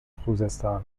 خوزستان